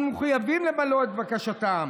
אנחנו מחויבים למלא את בקשתם.